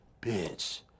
bitch